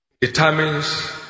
Determines